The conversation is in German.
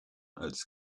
als